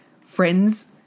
friends